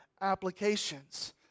applications